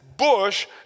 Bush